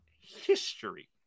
history